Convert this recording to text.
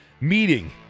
meeting